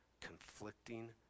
conflicting